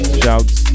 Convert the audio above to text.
shouts